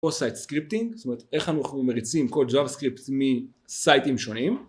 או סייט סקריפטינג, זאת אומרת איך אנחנו מריצים קוד ג'אווה סקריפט מסייטים שונים